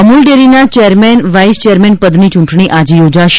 અમૂલ ડેરીના chairman vice chairman પદની ચૂંટણી આજે યોજાશે